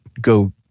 go